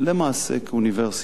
למעשה כאוניברסיטה.